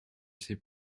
sais